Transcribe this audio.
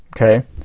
okay